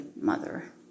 mother